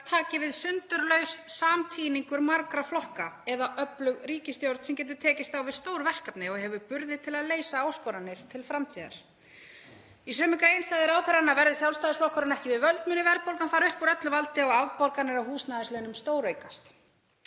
taki við sundurlaus samtíningur margra flokka eða öflug ríkisstjórn sem getur tekist á við stór verkefni og hefur burði til að leysa áskoranir til framtíðar.” Í sömu grein sagði ráðherrann að verði Sjálfstæðisflokkurinn ekki við völd muni verðbólgan fara úr öllu valdi og afborganir á húsnæðislánum stóraukast.